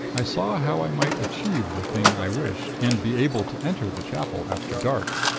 i saw how i might achieve the thing i wished, and be able to enter the chapel after dark,